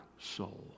soul